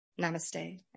Namaste